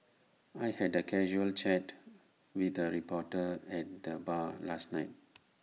I had A casual chat with A reporter at the bar last night